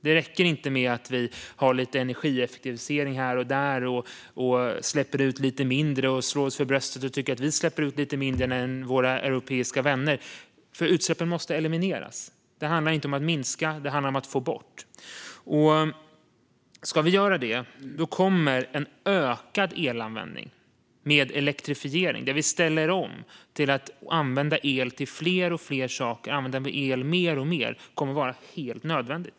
Det räcker inte med att vi har lite energieffektivisering här och där och släpper ut lite mindre och slår oss för bröstet för att vi tycker att vi släpper ut lite mindre än våra europeiska vänner, för utsläppen måste elimineras. Det handlar inte om att minska dem, utan det handlar om att få bort dem. Ska vi göra det kommer en ökad elanvändning med elektrifiering där vi ställer om till att använda el mer och mer att vara helt nödvändig.